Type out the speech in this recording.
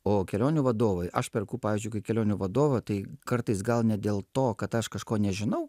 o kelionių vadovai aš perku pavyzdžiui kai kelionių vadovą tai kartais gal ne dėl to kad aš kažko nežinau